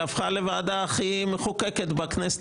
בכנסת הזאת היא הפכה לוועדה הכי מחוקקת כאשר